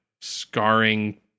scarring